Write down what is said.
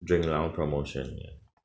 drink lounge promotion ya